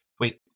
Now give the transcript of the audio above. wait